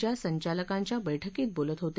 च्या संचालकांच्या बैठकीत बोलत होते